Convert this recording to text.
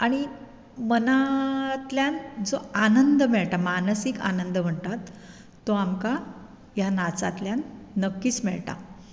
आनी मनांतल्यान जो आनंद मेळटा मानसीक आनंद म्हणटात तो आमकां ह्या नाचांतल्यान नक्कीच मेळटा